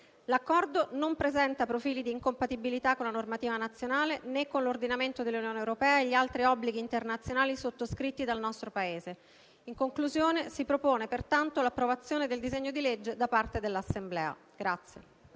L'accordo non presenta profili di incompatibilità con la normativa nazionale, né con l'ordinamento dell'Unione europea e con gli altri obblighi internazionali sottoscritti dal nostro Paese. In conclusione, si propone pertanto l'approvazione del disegno di legge da parte dell'Assemblea.